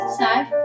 side